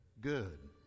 good